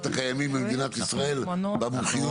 הקיימים במדינת ישראל במומחיויות השונות.